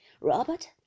Robert